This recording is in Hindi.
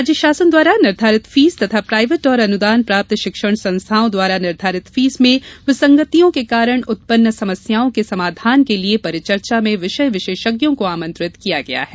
राज्य शासन द्वारा निर्धारित फीस तथा प्राईवेट और अनुदान प्राप्त शिक्षण संस्थाओं द्वारा निर्धारित फीस में विसंगतियों के कारण उत्पन्न समस्याओं के समाधान के लिये परिचर्चा में विषय विशेषज्ञों को आमंत्रित किया गया है